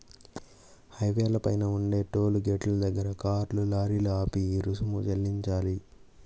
హైవేల పైన ఉండే టోలు గేటుల దగ్గర కార్లు, లారీలు ఆపి రుసుము చెల్లించాలి